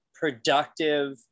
productive